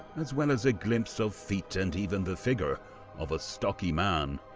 as well as a glimpse of feet, and even the figure of a stocky man,